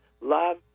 Love